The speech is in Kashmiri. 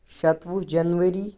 شَتوُہ جَنؤری